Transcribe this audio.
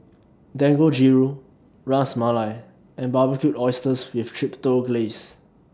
Dangojiru Ras Malai and Barbecued Oysters with Chipotle Glaze